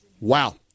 Wow